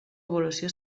evolució